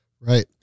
Right